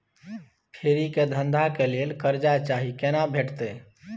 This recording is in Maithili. फेरी के धंधा के लेल कर्जा चाही केना भेटतै?